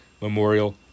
Memorial